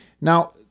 Now